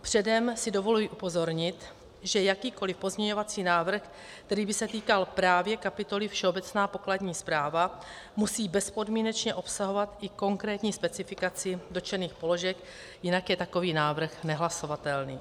Předem si dovoluji upozornit, že jakýkoliv pozměňovací návrh, který by se týkal právě kapitoly Všeobecná pokladní správa, musí bezpodmínečně obsahovat i konkrétní specifikaci dotčených položek, jinak je takový návrh nehlasovatelný.